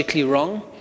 wrong